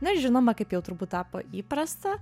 na ir žinoma kaip jau turbūt tapo įprasta